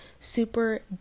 Super